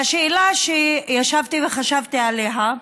והשאלה שישבתי וחשבתי עליה: